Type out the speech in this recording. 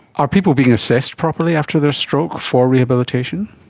are people being assessed properly after their stroke for rehabilitation?